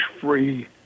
free